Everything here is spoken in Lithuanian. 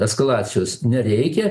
eskalacijos nereikia